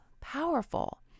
powerful